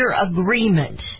agreement